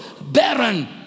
barren